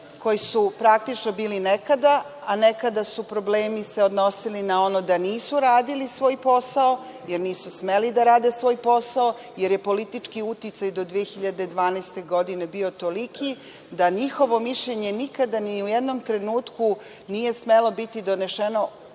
koji su praktično bili nekada, a nekada su se problemi odnosili na ono da nisu radili svoj posao, jer nisu smeli da rade svoj posao, jer je politički uticaj do 2012. godine toliki da njihovo mišljenje nikada ni u jednom trenutku nije smelo biti donešeno,